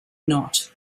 not